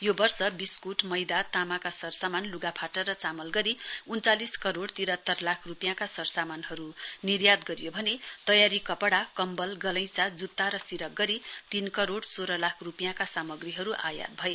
यो वर्ष विस्कूट मैदा तामाका सरसामान लुगाफाटा र चामल गरी उन्चालिस करोइ तिरात्रर लाख रुपियाँका सरसामानहरु निर्यात गरियो भने तयारी कपड़ा कम्बल गलैंचा जुत्ता र सिरक गरी तीन करोड़ सोह्र लाख रुपियाँका सामग्रीहरु आयात भए